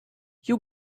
you